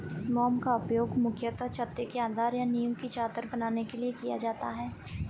मोम का उपयोग मुख्यतः छत्ते के आधार या नीव की चादर बनाने के लिए किया जाता है